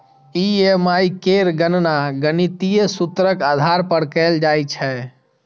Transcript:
EMI केर गणना गणितीय सूत्रक आधार पर कैल जाइ छै